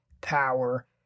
power